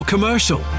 Commercial